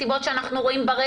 תוך כדי שאתה יוצא אני מבקשת ממך